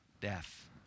death